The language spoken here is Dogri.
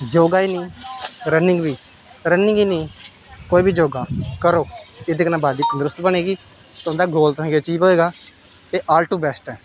योग ही नेईं रनिंग बी रनिंग ही नेईं कोई बी योग करो एह्दे कन्नै बाडी तंदरुरत बने गी तुं'दा गोल तुसें गी अचीव होए गा एह् आल टू बेस्ट ऐ